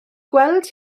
gweld